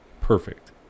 perfect